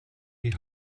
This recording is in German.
die